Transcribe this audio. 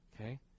Okay